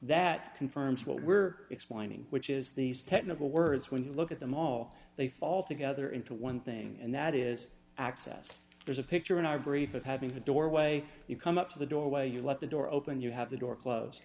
that confirms what we're explaining which is these technical words when you look at them all they fall together into one thing and that is access there's a picture in our brief of having a doorway you come up to the doorway you let the door open you have the door closed